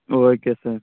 okay sir